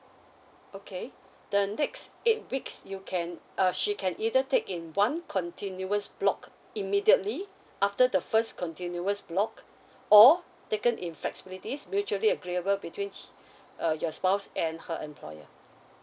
okay the next eight weeks you can uh she can either take in one continuous block immediately after the first continuous block or taken in flexibilities mutually agreeable between uh your spouse and her employer